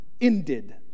ended